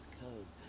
code